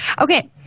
Okay